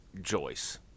Joyce